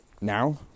now